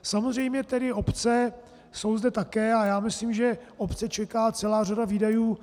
Samozřejmě obce jsou zde také a já myslím, že obce čeká celá řada výdajů.